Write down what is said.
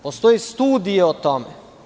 Postoje studije o tome.